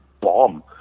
bomb